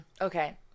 okay